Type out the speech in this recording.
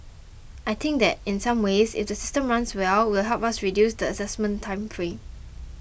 I think that in some ways if the system runs well will help us reduce the assessment time frame